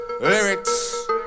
Lyrics